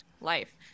life